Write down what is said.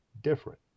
different